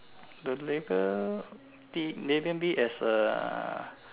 the label label me as a